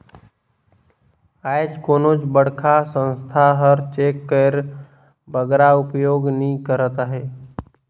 आएज कोनोच बड़खा संस्था हर चेक कर बगरा उपयोग नी करत अहे